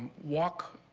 walk.